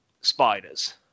spiders